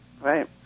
Right